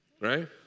right